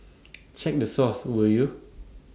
check the source will you